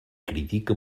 critica